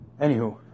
Anywho